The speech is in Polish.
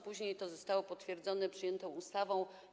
Później to zostało potwierdzone przyjętą ustawą.